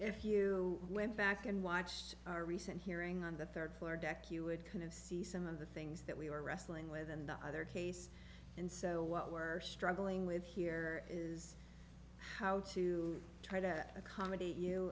if you went back and watched our recent hearing on the third floor deck you would kind of see some of the things that we were wrestling with and the other case and so what we're struggling with here is how to try to accommodate you